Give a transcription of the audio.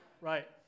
Right